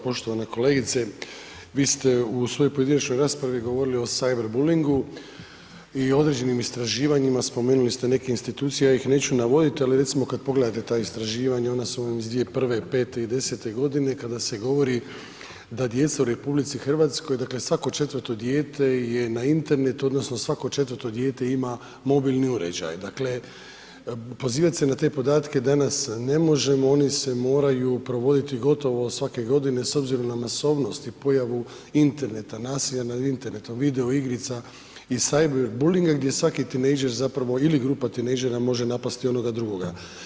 Poštovana kolegice, vi ste u svojoj pojedinačnoj raspravi govorili o Sajver Bulingu i određenim istraživanjima, spomenuli ste neke institucije, ja ih neću navodit, ali recimo kad pogledate ta istraživanja, ona su vam iz 2001., 2005. i 2010.g. kada se govori da djeca u RH, dakle, svako četvrto dijete je na internetu odnosno svako četvrto dijete ima mobilni uređaj, dakle, pozivat se na te podatke danas ne možemo, oni se moraju provoditi gotovo svake godine s obzirom na masovnost i pojavu interneta, nasilja nad internetom, video igrica i Sajver Bulingom gdje svaki tinejdžer zapravo ili grupa tinejdžera može napasti onoga drugoga.